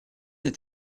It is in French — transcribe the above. est